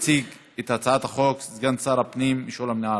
יציג את ההצעה סגן שר הפנים משולם נהרי.